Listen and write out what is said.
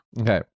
okay